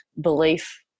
belief